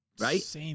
right